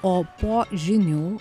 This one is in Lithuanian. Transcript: o po žinių